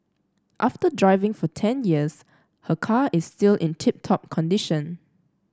after driving for ten years her car is still in tip top condition